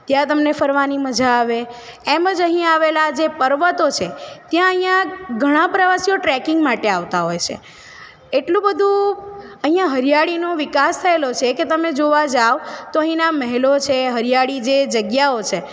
ત્યાં તમને ફરવાની મજા આવે એમ જ અહીં આવેલા જે પર્વતો છે ત્યાં અહીંયા ઘણા પ્રવાસીઓ ટ્રેકિંગ માટે આવતા હોય છે એટલું બધુ અહીંયા હરિયાળીનો વિકાસ થયેલો છે કે તમે જોવા જાઓ તો અહીંયા ના મહેલો છે હરિયાળી જે જગ્યાઓ છે